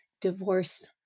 divorce